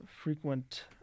frequent